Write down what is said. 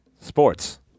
sports